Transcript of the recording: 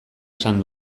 esan